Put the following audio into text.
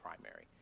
primary